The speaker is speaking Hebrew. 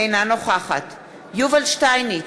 אינה נוכחת יובל שטייניץ,